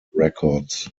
records